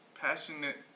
passionate